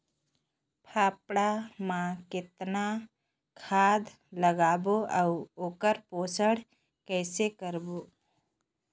फाफण मा कतना खाद लगाबो अउ ओकर पोषण कइसे करबो?